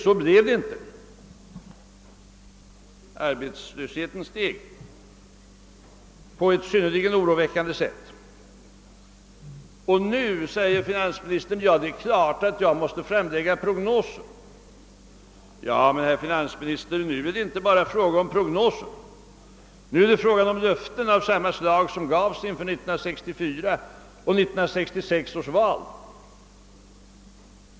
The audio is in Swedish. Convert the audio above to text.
Så blev det inte! Arbetslösheten steg på ett synnerligen oroväckande sätt. Nu säger finansministern: Det är klart att jag måste framlägga prognoser. Ja, herr finansminister, men nu är det inte bara fråga om prognoser. Nu är det fråga om löften av samma slag som gavs inför 1964 och 1966 års val.